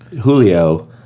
Julio